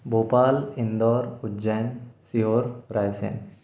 Bhopal Indore Ujjain Sehore Raisen